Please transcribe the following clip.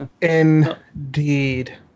Indeed